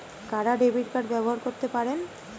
কারা debit card ব্যবহার করতে পারেন?